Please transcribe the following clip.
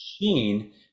machine